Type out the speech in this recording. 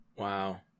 Wow